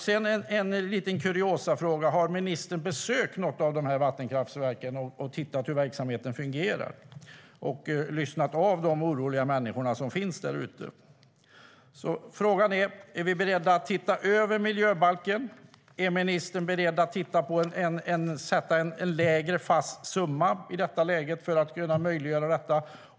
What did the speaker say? Sedan en liten kuriosafråga: Har ministern besökt något av dessa vattenkraftverk, sett hur verksamheten fungerar och lyssnat på de oroliga människorna som finns därute? Frågan är: Är vi beredda att se över miljöbalken? Är ministern beredd att sätta en lägre fast summa i detta läge?